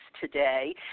today